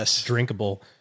drinkable